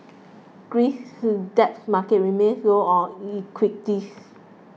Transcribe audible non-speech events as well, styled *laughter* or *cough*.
Greece's debt market remains low on *unintelligible*